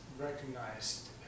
recognized